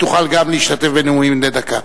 ותוכל גם להשתתף בנאומים בני דקה.